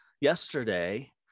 yesterday